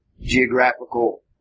geographical